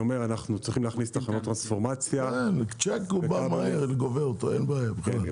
את הצ'ק הוא גובה מהר, ואין בעיה בכלל.